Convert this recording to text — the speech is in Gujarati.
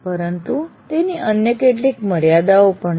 પરંતુ તેની અન્ય કેટલીક મર્યાદાઓ પણ છે